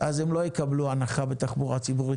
אז הם לא יקבלו הנחה בתחבורה ציבורית.